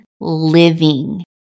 living